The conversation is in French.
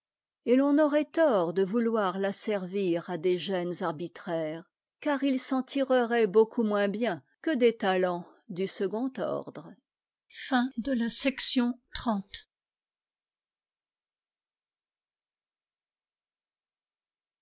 et l'on aurait tort de vouloir l'asservir à des gênes arbitraires car il s'en tirerait beaucoup moins bien que des talents du second ordre